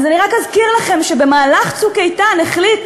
אז אני רק אזכיר לכם שבמהלך "צוק איתן" החליט